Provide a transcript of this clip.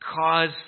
cause